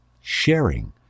sharing